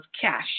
cash